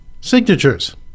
signatures